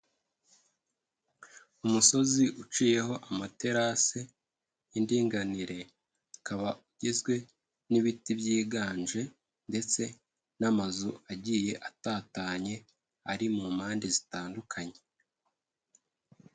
Umusozi uciyeho amaterasi y'indinganire, ukaba ugizwe n'ibiti byiganje ndetse n'amazu agiye atatanye, ari mu mpande zitandukanye.